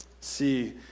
See